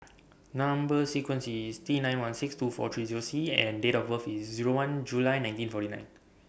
Number sequence IS T nine one six two four three Zero C and Date of birth IS Zero one July nineteen forty nine